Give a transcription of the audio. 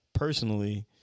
Personally